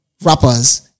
rappers